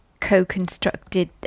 co-constructed